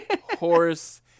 Horse